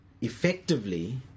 effectively